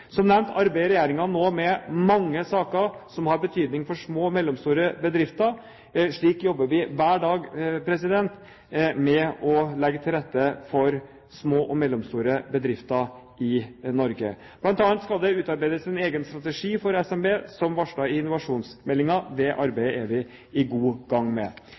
Som nevnt arbeider regjeringen nå med mange saker som har betydning for små og mellomstore bedrifter. Slik jobber vi hver dag med å legge til rette for små og mellomstore bedrifter i Norge. Blant annet skal det utarbeides en egen strategi for SMB, som varslet i innovasjonsmeldingen. Det arbeidet er vi godt i gang med.